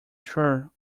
sure